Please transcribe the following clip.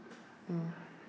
mm